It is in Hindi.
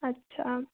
अच्छा